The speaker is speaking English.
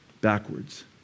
backwards